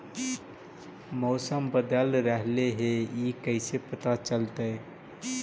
मौसम बदल रहले हे इ कैसे पता चलतै?